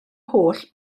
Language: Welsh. holl